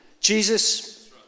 Jesus